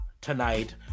tonight